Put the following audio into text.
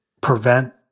prevent